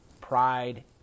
pride